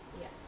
yes